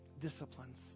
disciplines